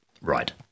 Right